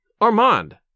Armand